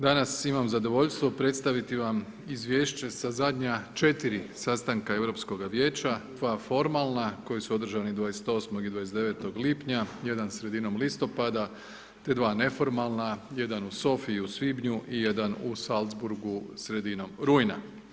Danas imam zadovoljstvo predstaviti vam izvješće sa zadnja 4 sastanka Europskoga vijeća, 2 formalna koja su održani 28. i 29. lipnja, jedan sredinom listopada, te dva neformalna, jedan u Sofi u svibnju i jedan u Salzburgu sredinom rujna.